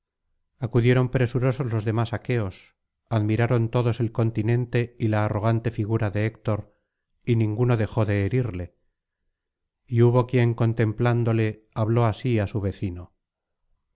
acudieron presurosos los demás aqueos admiraron todos el continente y la arrogante figura de héctor y ninguno dejó de herirle y hubo quien contemplándole habló así á su vecino